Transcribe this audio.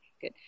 Good